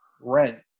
rent